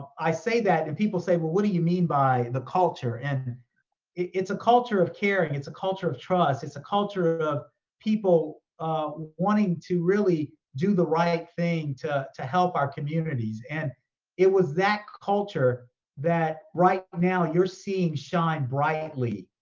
i say that, and people say, well, what do you mean by the culture? and it's a culture of caring. it's a culture of trust. it's a culture of people wanting to really do the right thing to to help our communities. and it was that culture that right now you're seeing shine brightly.